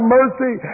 mercy